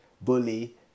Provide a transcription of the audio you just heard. Bully